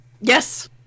Yes